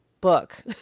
book